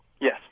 Yes